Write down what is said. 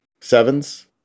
sevens